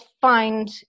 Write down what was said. find